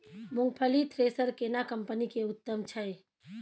मूंगफली थ्रेसर केना कम्पनी के उत्तम छै?